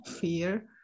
fear